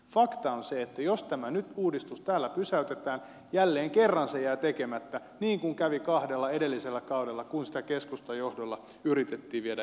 fakta on se että jos tämä uudistus nyt täällä pysäytetään jälleen kerran se jää tekemättä niin kuin kävi kahdella edellisellä kaudella kun sitä keskustan johdolla yritettiin viedä eteenpäin